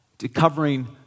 covering